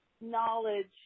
knowledge